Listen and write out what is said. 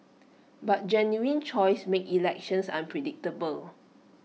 but genuine choice makes elections unpredictable